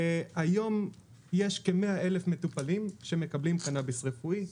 היום יש כ-100 אלף מטופלים שמקבלים קנביס רפואי,